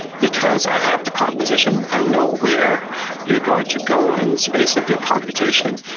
because i have the composition, i know where you are going to go in the space of your computation,